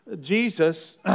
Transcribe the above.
Jesus